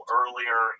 earlier